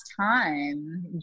time